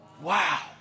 Wow